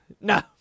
No